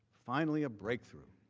finally a breakthrough.